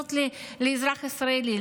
שמגיעות לאזרח ישראלי.